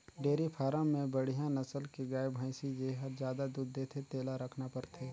dairy farm में बड़िहा नसल के गाय, भइसी जेहर जादा दूद देथे तेला रखना परथे